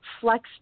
flex